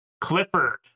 Clifford